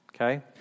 Okay